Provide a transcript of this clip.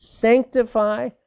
sanctify